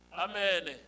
Amen